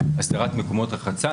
אסדרת מקומות הרחצה.